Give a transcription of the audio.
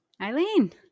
Eileen